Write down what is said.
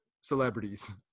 celebrities